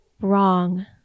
wrong